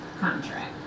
contract